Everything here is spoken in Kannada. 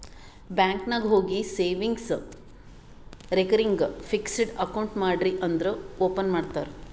ಬ್ಯಾಂಕ್ ನಾಗ್ ಹೋಗಿ ಸೇವಿಂಗ್ಸ್, ರೇಕರಿಂಗ್, ಫಿಕ್ಸಡ್ ಅಕೌಂಟ್ ಮಾಡ್ರಿ ಅಂದುರ್ ಓಪನ್ ಮಾಡ್ತಾರ್